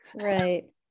Right